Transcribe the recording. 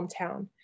hometown